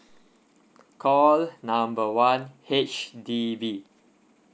call number one H_D_B